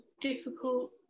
difficult